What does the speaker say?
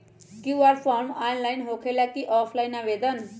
QR form online होकेला कि offline आवेदन?